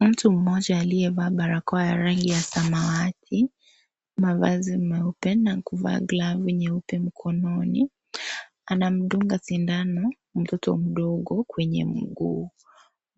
Mtu mmoja aliyevaa barakoa ya rangi ya samawati, mavazi meupe na kuvaa glovu nyeupe mkononi. Anamdunga sindano mtoto mdogo kwenye mguu.